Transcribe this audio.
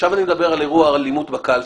עכשיו אני מדבר על אירוע האלימות בקלפי.